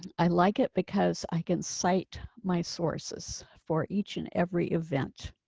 and i like it because i can cite my sources for each and every event.